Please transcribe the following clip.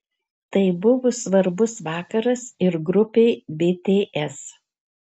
tai buvo svarbus vakaras ir grupei bts